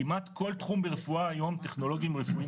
כמעט כל תחום ברפואה היום טכנולוגיים רפואיים